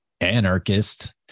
anarchist